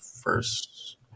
First